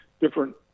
different